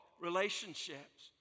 Relationships